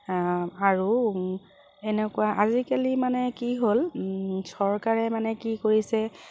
আৰু এনেকুৱা আজিকালি মানে কি হ'ল চৰকাৰে মানে কি কৰিছে